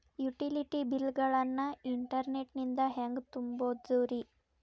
Utility bill ಗಳನ್ನ internet ನಿಂದ ಹೆಂಗ್ ತುಂಬೋದುರಿ?